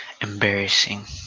Embarrassing